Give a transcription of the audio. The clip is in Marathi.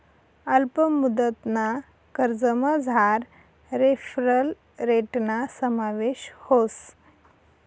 अल्प मुदतना कर्जमझार रेफरल रेटना समावेश व्हस